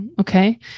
Okay